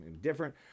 different